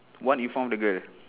one in front of the girl